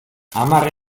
hamar